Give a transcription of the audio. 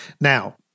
Now